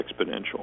exponential